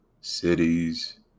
cities